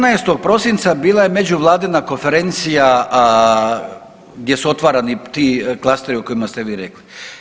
14. prosinca bila je međuvladina konferencija gdje su otvarani ti klasteri o kojima ste vi rekli.